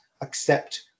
accept